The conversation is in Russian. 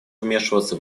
вмешиваться